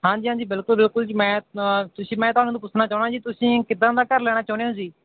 ਹਾਂਜੀ ਹਾਂਜੀ ਬਿਲਕੁਲ ਬਿਲਕੁਲ ਜੀ ਮੈਂ ਤੁਸੀਂ ਮੈਂ ਤੁਹਾਨੂੰ ਪੁੱਛਣਾ ਚਾਹੁੰਦਾ ਜੀ ਤੁਸੀਂ ਕਿੱਦਾਂ ਦਾ ਘਰ ਲੈਣਾ ਚਾਹੁੰਦੇ ਹੋ ਜੀ